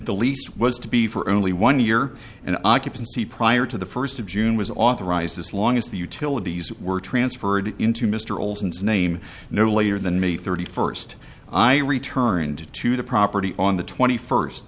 lease was to be for only one year and occupancy prior to the first of june was authorized as long as the utilities were transferred into mr olson's name no later than me thirty first i returned to the property on the twenty first